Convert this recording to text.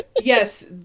Yes